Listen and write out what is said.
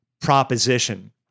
proposition